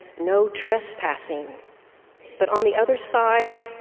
no trespassing but on the other side,